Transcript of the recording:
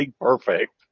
perfect